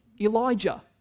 Elijah